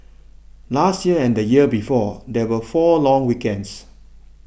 last year and the year before there were four long weekends